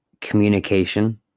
communication